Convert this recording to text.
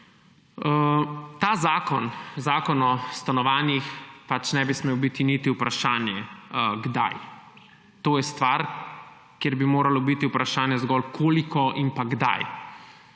tem zakonu, zakonu o stanovanjih, ne bi smelo biti niti vprašanje, kdaj, to je stvar, kjer bi moralo biti vprašanje zgolj, koliko in kdaj.